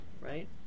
Right